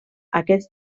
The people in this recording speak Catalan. aquests